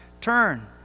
turn